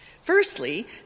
Firstly